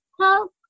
help